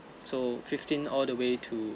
so fifteen all the way to